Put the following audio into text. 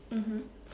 mmhmm